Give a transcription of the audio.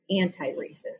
anti-racist